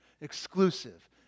Exclusive